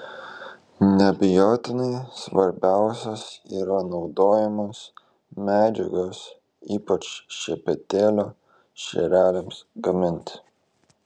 neabejotinai svarbiausios yra naudojamos medžiagos ypač šepetėlio šereliams gaminti